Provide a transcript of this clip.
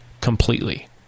completely